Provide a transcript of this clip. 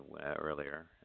earlier